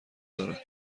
دارد